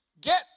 get